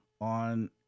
on